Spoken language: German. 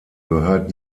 gehört